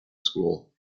school